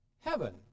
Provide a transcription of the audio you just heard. heaven